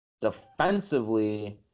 Defensively